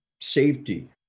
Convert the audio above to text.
safety